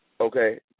Okay